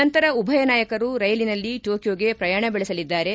ನಂತರ ಉಭಯ ನಾಯಕರು ರೈಲಿನಲ್ಲಿ ಟೋಕಿಯೊಗೆ ಪ್ರಯಾಣ ಬೆಳೆಸಲಿದ್ದಾರೆ